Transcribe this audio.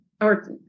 or-